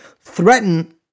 threaten